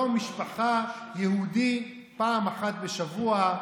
יום משפחה יהודי פעם אחת בשבוע,